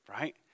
right